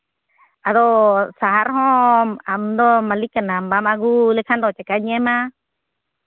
ᱟᱫᱚ ᱥᱟᱦᱟᱨ ᱦᱚᱸ ᱟᱢᱫᱚ ᱢᱟᱹᱞᱤᱠ ᱠᱟᱱᱟᱢ ᱵᱟᱢ ᱟᱹᱜᱩ ᱞᱮᱠᱷᱟᱱ ᱫᱚ ᱪᱤᱠᱟᱹᱧ ᱮᱢᱟ